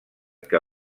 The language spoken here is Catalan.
que